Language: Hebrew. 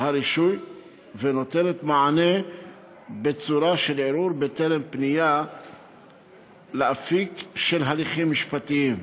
הרישוי ונותנת מענה בצורה של ערעור בטרם פנייה לאפיק של הליכים משפטיים.